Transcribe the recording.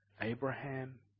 Abraham